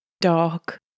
dark